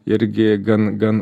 irgi gan gan